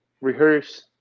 rehearse